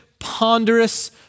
ponderous